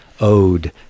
ode